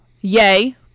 Yay